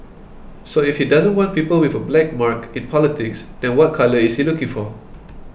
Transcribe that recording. so if he doesn't want people with a black mark in politics then what colour is he looking for